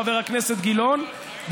חבר הכנסת גילאון,